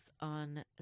on